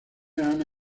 anna